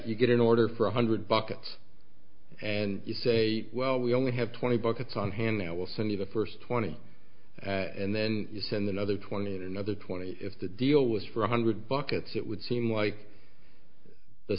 you get an order for one hundred buckets and you say well we only have twenty buckets on hand now we'll send you the first twenty and then you send another twenty and another twenty if the deal was for one hundred buckets it would seem like the